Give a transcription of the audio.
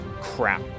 Crap